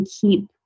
keep